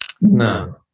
No